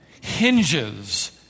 hinges